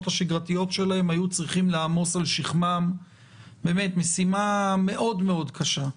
השגרתיות שלהם היו צריכים לעמוס על שכמם משימה מאוד מאוד קשה.